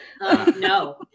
No